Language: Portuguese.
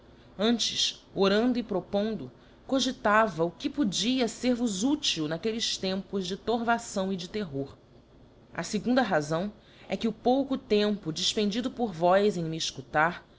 antes orando e propondo cogitava o que podia fer vos útil naquelles tempos de torvação e de terror a fegunda razão é que o pouco tempo defpendido por vós em me efcutar